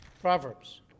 Proverbs